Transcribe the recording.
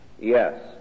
Yes